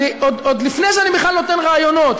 עוד לפני שאני בכלל נותן רעיונות,